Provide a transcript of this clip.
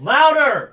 Louder